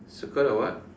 circle the what